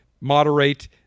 moderate